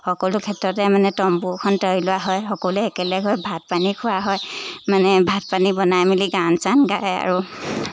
সকলো ক্ষেত্ৰতে মানে তম্বুখন তৰি লোৱা হয় সকলোৱে একেলগ হৈ ভাত পানী খোৱা হয় মানে ভাত পানী বনাই মেলি গান চান গায় আৰু